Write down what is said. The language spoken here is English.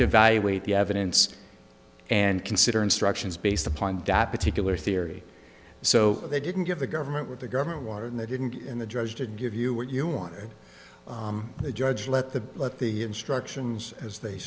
to evaluate the evidence and consider instructions based upon that particular theory so they didn't give the government what the government want and they didn't in the judge to give you what you wanted the judge let the let the instructions as they